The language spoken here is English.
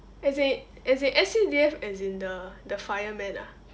as in as in S_C_D_F as in the the fireman ah